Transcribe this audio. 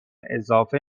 اضافه